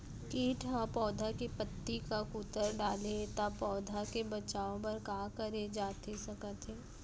किट ह पौधा के पत्ती का कुतर डाले हे ता पौधा के बचाओ बर का करे जाथे सकत हे?